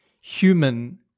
human